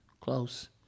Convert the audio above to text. Close